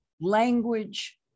language